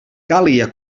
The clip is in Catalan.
calia